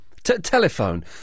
Telephone